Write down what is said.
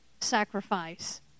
sacrifice